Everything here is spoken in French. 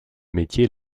métier